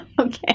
Okay